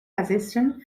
assistant